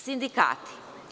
Sindikati.